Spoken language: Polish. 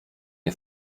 nie